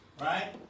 Right